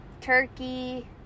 turkey